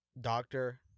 Doctor